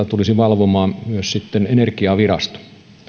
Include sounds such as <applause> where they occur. <unintelligible> tulisi sitten valvomaan myös energiavirasto